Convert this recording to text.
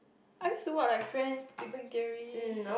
I used to watch like friends big bang theory